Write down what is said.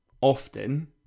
often